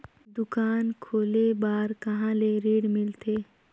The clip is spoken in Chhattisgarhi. दुकान खोले बार कहा ले ऋण मिलथे?